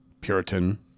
Puritan